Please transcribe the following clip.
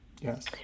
yes